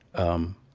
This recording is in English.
um,